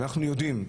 אנחנו יודעים,